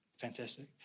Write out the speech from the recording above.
Fantastic